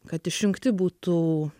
kad išjungti būtų